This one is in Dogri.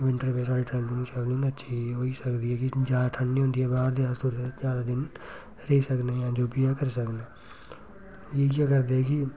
विंटर बिच्च साढ़ी ठंड शंड ठीक होई सकदी ऐ कि ज्यादा ठंड नी होंदी बाह्र ते अस ज्यादा दिन रेही सकने आं जो बी ऐ करी सकने इ'यां करदे कि